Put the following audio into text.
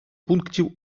пунктів